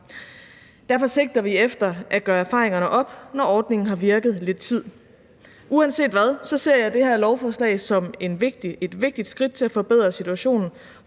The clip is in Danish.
Derfor sigter vi efter at gøre erfaringerne op, når ordningen har virket lidt tid. Uanset hvad ser jeg det her lovforslag som et vigtigt skridt til at forbedre situationen